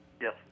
Yes